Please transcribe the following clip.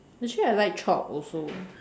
actually I like chopped also